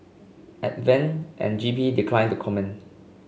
Advent and G P declined to comment